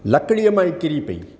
लकड़ीअ मां ई किरी पई